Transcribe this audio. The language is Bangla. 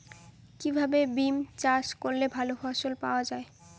কিভাবে বিম চাষ করলে ভালো ফলন পাব?